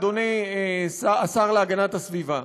אדוני השר להגנת הסביבה,